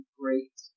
great